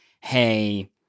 hey